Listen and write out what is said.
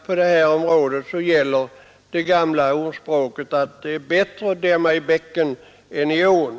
På detta område gäller det gamla ordspråket att det är bättre att dämma i bäcken än i ån.